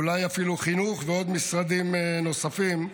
אולי אפילו חינוך ומשרדים נוספים,